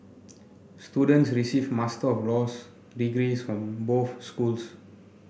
students receive Master of Laws degrees from both schools